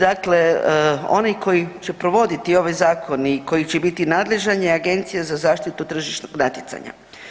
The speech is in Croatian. Dakle, onaj koji će provoditi ovaj zakon i koji će biti nadležan je Agencija za zaštitu tržišnog natjecanja.